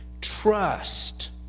Trust